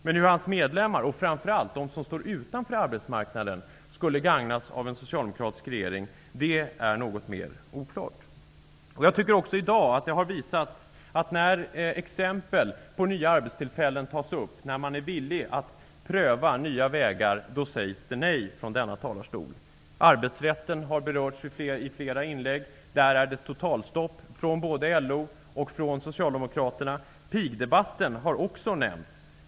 Men att hans medlemmar, och framför allt de som står utanför arbetsmarknaden, skulle gagnas av en socialdemokratisk regering är något mer oklart. Jag tycker att det också i dag visat sig att när exempel på nya arbetstillfällen tas upp, när man är villig att pröva nya vägar, sägs det nej från denna talarstol. Arbetsrätten har berörts i flera inlägg. Där är det totalstopp från både LO och Pigdebatten har också nämnts.